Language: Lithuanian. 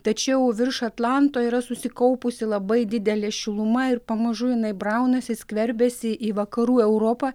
tačiau virš atlanto yra susikaupusi labai didelė šiluma ir pamažu jinai braunasi skverbiasi į vakarų europą